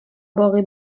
باقی